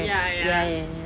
ya ya